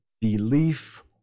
belief